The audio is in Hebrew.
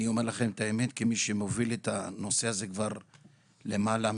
כמי שמוביל את הנושא הזה למעלה מעשור,